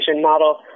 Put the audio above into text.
model